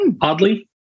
oddly